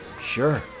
Sure